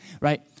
right